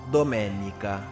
Domenica